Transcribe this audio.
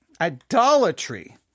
idolatry